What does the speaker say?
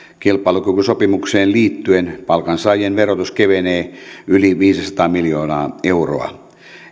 kilpailukykysopimukseen liittyen palkansaajien verotus kevenee yli viisisataa miljoonaa euroa